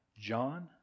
John